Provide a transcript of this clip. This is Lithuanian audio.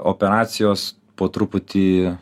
operacijos po truputį